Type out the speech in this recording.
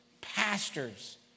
pastors